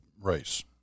race